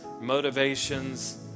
motivations